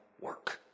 work